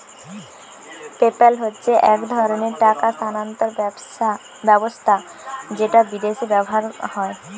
PayPal হচ্ছে এক ধরণের টাকা স্থানান্তর ব্যবস্থা যেটা বিদেশে ব্যবহার হয়